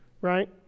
right